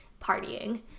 partying